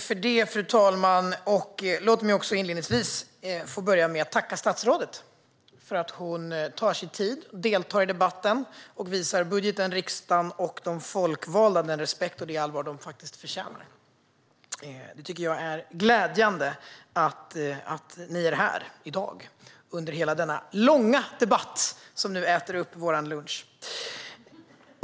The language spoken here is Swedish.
Fru talman! Låt mig inledningsvis tacka statsrådet för att hon tar sig tid, deltar i debatten och visar budgeten, riksdagen och de folkvalda den respekt och det allvar de förtjänar. Det är glädjande att ni är här i dag under hela denna långa debatt som nu äter upp vår lunchtid.